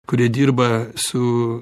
kurie dirba su